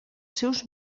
seus